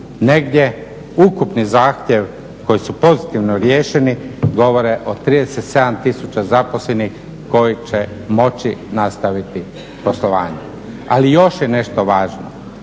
Negdje ukupni zahtjev koji su pozitivno riješeni govore o 37000 zaposlenih koji će moći nastaviti poslovanje. Ali još je nešto važno,